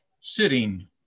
sitting